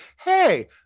hey